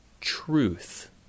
truth